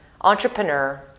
entrepreneur